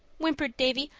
whimpered davy.